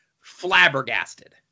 flabbergasted